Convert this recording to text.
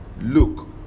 look